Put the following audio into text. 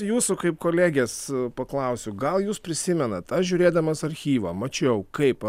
jūsų kaip kolegės paklausiu gal jūs prisimenat aš žiūrėdamas archyvą mačiau kaip